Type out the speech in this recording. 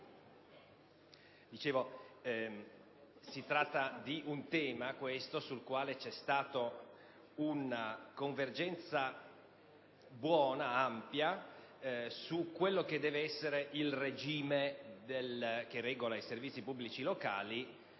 si tratta di una materia sulla quale c'è stata un'ampia convergenza in merito a quello che deve essere il regime che regola i servizi pubblici locali